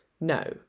No